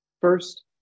First